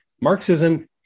Marxism